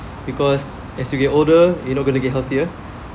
because as you get older you're not going to get healthier